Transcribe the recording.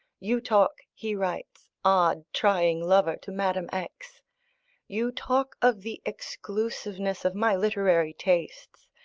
you talk, he writes, odd, trying lover, to madame x you talk of the exclusiveness of my literary tastes.